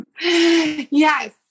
yes